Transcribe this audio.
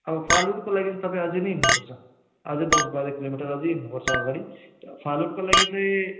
अब फालुटको लागि चाहिँ तपाईँ अझै नै हिँड्नु पर्छ अझै दस बाह्र किलोमिटर अझै हिँह्नु पर्छ अघाडि फालुटको लागि चाहिँ